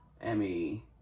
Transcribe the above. Emmy